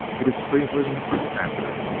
it is cleveland's standard!